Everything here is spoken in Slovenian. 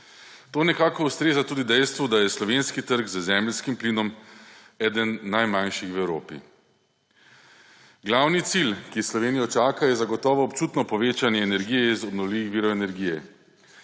To nekako ustreza tudi dejstvu, da je slovenski trg z zemeljskim plinom eden najmanjših v Evropi. Glavni cilj, ki Slovenijo čaka, je zagotovo občutno povečanje energije iz obnovljivih virov energije,